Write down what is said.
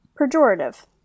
Pejorative